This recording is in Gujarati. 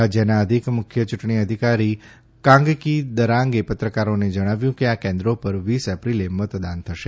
રાજ્યના અધિક મુખ્ય ચૂંટણી અધિકારી કાંગકી દરાંગે પત્રકારોને જણાવ્યું કે આ કેન્દ્રો પર વીસ એપ્રિલે મતદાન થશે